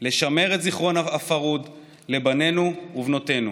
לשמר את זיכרון הפרהוד לבנינו ובנותינו,